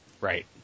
Right